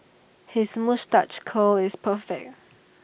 his moustache curl is perfect